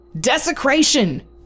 Desecration